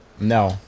No